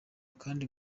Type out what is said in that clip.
kandi